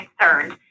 concerned